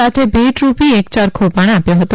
સાથે ભેટ રૂપી એક ચરખો પણ આપ્યો હતો